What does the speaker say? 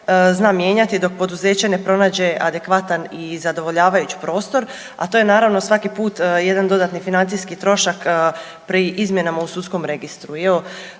zna mijenjati dok poduzeće ne pronađe adekvatan i zadovoljavajući prostor, a to je naravno svaki put jedan dodatni financijski trošak pri izmjenama u sudskom registru.